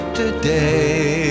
today